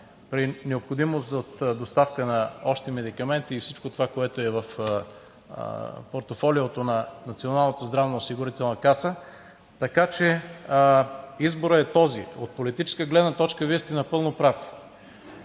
при необходимост от доставка на още медикаменти и всичко това, което е в портфолиото на Националната здравноосигурителна каса. Така че изборът е този. От политическа гледна точка Вие сте напълно прав.